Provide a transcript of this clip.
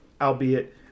albeit